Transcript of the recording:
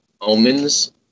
Omens